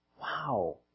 wow